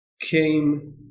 came